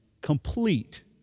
complete